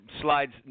slides